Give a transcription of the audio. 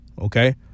Okay